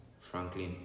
Franklin